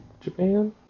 Japan